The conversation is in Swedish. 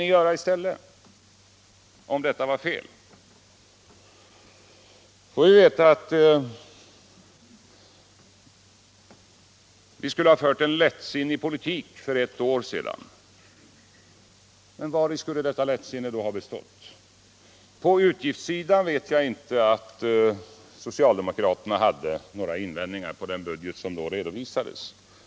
Nu får vi också veta att regeringen har fört en lättsinnig politik för ett år sedan. Men vari skulle detta lättsinne ha bestått? Jag vet inte att socialdemokraterna på utgiftssidan hade några invändningar mot den budget som då redovisades.